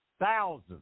thousands